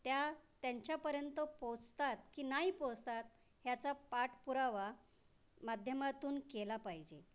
त्या त्यांच्यापर्यंत पोहोचतात की नाही पोहोचतात याचा पाठपुरावा माध्यमातून केला पाहिजे